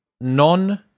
non